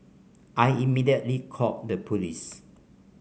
I immediately called the police